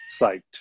psyched